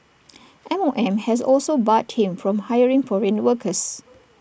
M O M has also barred him from hiring foreign workers